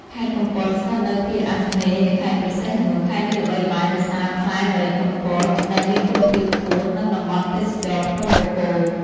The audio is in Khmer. ខេត្តកំពត ស្ថិតនៅភាគអាគ្នេយ៍នៃខេត្តព្រះសីហនុ ខេត្តនេះល្បីល្បាញដោយសារ ផ្លែម្រេចកំពត ដែលមានគុណភាពខ្ពស់ និងតំបន់ទេសចរណ៍ភ្នំបូកគោ។